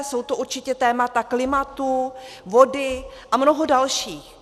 Jsou to určitě témata klimatu, vody a mnoho dalších.